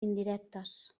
indirectes